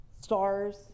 stars